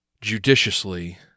judiciously